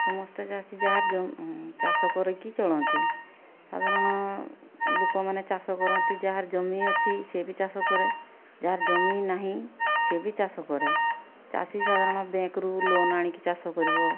ସମସ୍ତେ ଚାଷୀ ଯାହା ଚାଷ କରିକି ଚଳନ୍ତି ସାଧାରଣ ଲୋକମାନେ ଚାଷ କରନ୍ତି ଯାହାର ଜମି ଅଛି ସେ ବି ଚାଷ କରେ ଯାହାର ଜମି ନାହିଁ ସେ ବି ଚାଷ କରେ ଚାଷୀ ସାଧାରଣ ବ୍ୟାଙ୍କ୍ରୁ ଲୋନ୍ ଆଣିକି ଚାଷ କରିବ